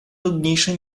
nudniejsze